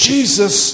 Jesus